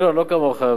לא כמוך.